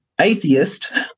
atheist